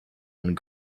and